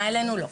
לא,